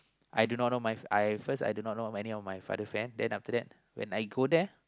I do not know my I at first I do not know any of my father's friend lah then after that when I go there